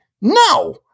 No